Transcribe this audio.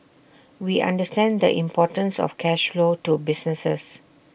we understand the importance of cash flow to businesses